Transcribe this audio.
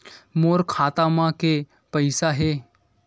मोर खाता म के पईसा हे?